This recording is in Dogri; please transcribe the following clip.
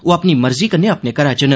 ओह अपनी मर्जी कन्नै अपने घरै च न